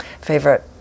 favorite